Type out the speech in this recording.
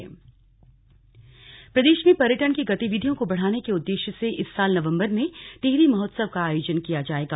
टिहरी महोत्सव प्रदेश में पर्यटन की गतिविधियों को बढ़ाने के उद्देश्य से इस साल नवम्बर में टिहरी महोत्सव का आयोजन किया जाएगा